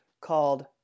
called